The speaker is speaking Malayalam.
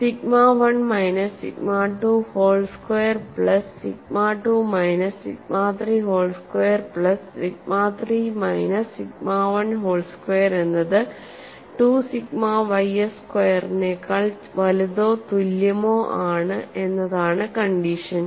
sigma 1 minus sigma 2 whole square plus sigma 2 minus sigma 3 whole square plus sigma 3 minus sigma 1 whole square എന്നത് 2 സിഗ്മ ys സ്ക്വയറിനേക്കാൾ വലുതോ തുല്യമോ ആണ് എന്നതാണ് കണ്ടീഷൻ